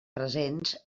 presents